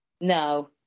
no